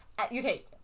Okay